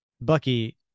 Bucky